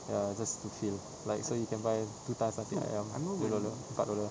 ya just to fill like you can buy two times nasi ayam balado pak lolo~